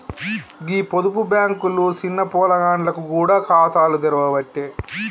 గీ పొదుపు బాంకులు సిన్న పొలగాండ్లకు గూడ ఖాతాలు తెరవ్వట్టే